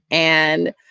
and,